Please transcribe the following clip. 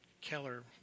Keller